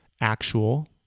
actual